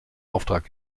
auftrag